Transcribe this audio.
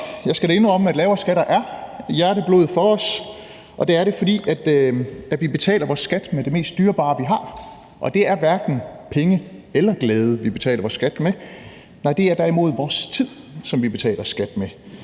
jeg skal da indrømme, at lavere skatter er hjerteblod for os, og det er det, fordi vi betaler vores skat med det mest dyrebare, vi har, og det er hverken penge eller glæde, vi betaler vores skat med, nej, det er derimod vores tid, som vi betaler skat med.